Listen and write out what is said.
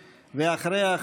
ואחריה,